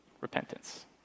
repentance